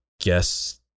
guess